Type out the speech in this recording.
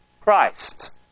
Christ